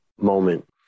moment